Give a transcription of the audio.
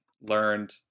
learned